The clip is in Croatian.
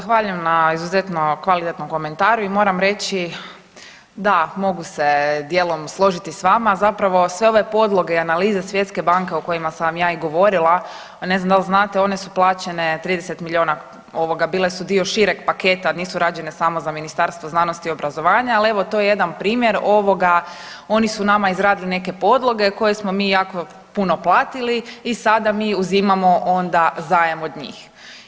Zahvaljujem na izuzetno kvalitetnom komentaru i moram reći da mogu se dijelom složiti s vama, zapravo sve ove podloge i analize svjetske banke o kojima sam ja i govorila, a ne znam dal znate one su plaćene 30 milijuna, ovoga bile su dio šireg paketa, nisu rađene samo za Ministarstvo znanosti i obrazovanja, al evo to je jedan primjer ovoga oni su nama izradili neke podloge koje smo mi jako puno platili i sada mi uzimamo onda zajam od njih.